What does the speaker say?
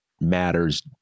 matters